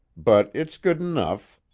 but it's good enough.